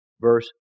verse